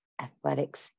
Athletics